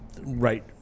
right